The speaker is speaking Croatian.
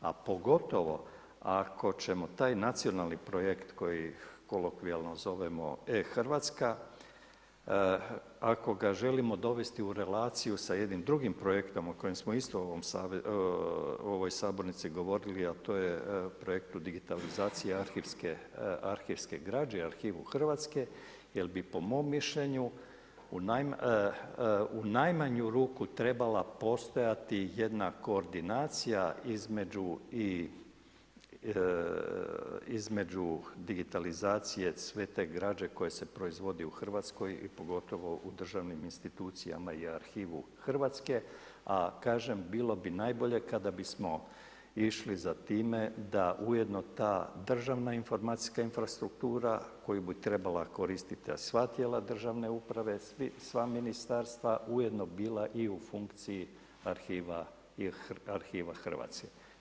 A pogotovo ako ćemo taj nacionalni projekt koji kolokvijalno zovemo e-Hrvatska, ako ga želimo dovesti u relaciju sa jednim drugim projektom o kojem smo isto u ovoj sabornici govorili, a to je projekt digitalizacije arhivske građe i arhivu Hrvatske jer bi po mom mišljenju, u najmanju ruku trebala postojati jedna koordinacija između digitalizacije sve te građe koja se proizvodi u Hrvatskoj i pogotovo u državnim institucijama i arhivu Hrvatske, a kažem, bilo bi najbolje kada bismo išli za time da ujedno ta državna informacijska infrastruktura koju bi trebala koristiti sva tijela državne uprave, sva ministarstva ujedno bila i u funkciji arhiva Hrvatske.